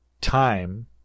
time